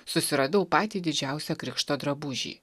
susiradau patį didžiausią krikšto drabužį